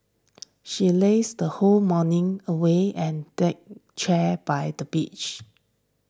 she lazed the whole morning away and the chair by the beach